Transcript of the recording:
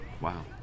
Wow